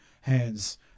hands